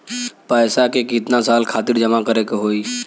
पैसा के कितना साल खातिर जमा करे के होइ?